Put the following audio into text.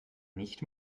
nicht